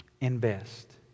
Invest